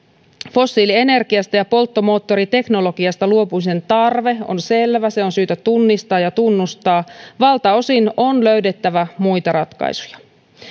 fossiilienergiasta ja polttomoottoriteknologiasta luopumisen tarve on selvä se on syytä tunnistaa ja tunnustaa valtaosin on löydettävä muita ratkaisuja